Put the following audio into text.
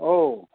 औ